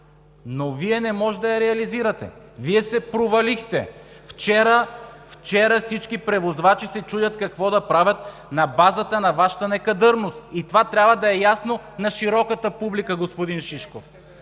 обаче не може да я реализирате, Вие се провалихте! Вчера всички превозвачи се чудят какво да правят на базата на Вашата некадърност. И това трябва да е ясно на широката публика, господин Шишков